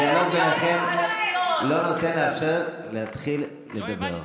הדיאלוג ביניכם לא נותן לאפשר להתחיל לדבר.